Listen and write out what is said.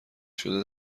شده